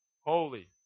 holy